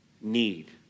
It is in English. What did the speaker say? need